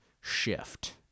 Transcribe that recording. shift